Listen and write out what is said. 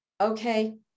okay